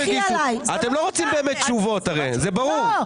אתם לא רוצים באמת תשובות הרי, זה ברור.